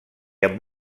amb